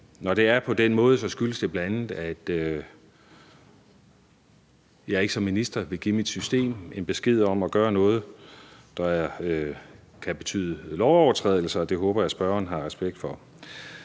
Når det er på den måde, skyldes det bl.a., at jeg ikke som minister vil give mit system en besked om at gøre noget, der kan betyde lovovertrædelser, og det håber jeg at spørgeren har respekt for.